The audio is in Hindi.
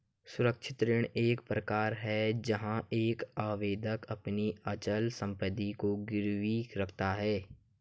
सुरक्षित ऋण एक प्रकार है जहां एक आवेदक अपनी अचल संपत्ति को गिरवी रखता है